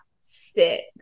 six